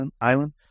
Island